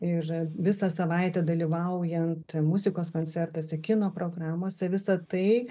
ir visą savaitę dalyvaujant muzikos koncertuose kino programose visa tai